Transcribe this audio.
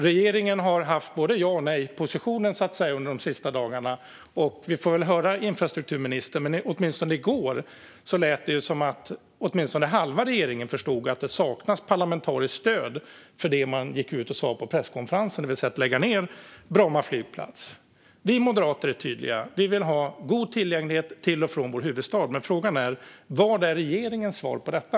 Regeringen har så att säga haft både ja och nejpositionen under de senaste dagarna, och vi får väl höra vad infrastrukturministern säger här. I går lät det nämligen som om åtminstone halva regeringen förstod att det saknas parlamentariskt stöd för det som man gick ut och sa på presskonferensen, det vill säga lägga ned Bromma flygplats. Vi moderater är tydliga: Vi vill ha en god tillgänglighet till och från vår huvudstad. Vad är regeringens svar på detta?